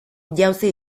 jauzi